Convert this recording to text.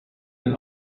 den